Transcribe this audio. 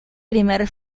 primer